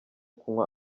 kunywa